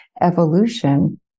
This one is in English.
evolution